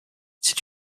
c’est